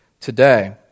today